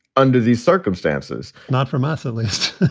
under these circumstances, not from us at least,